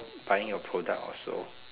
buying your product or so